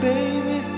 Baby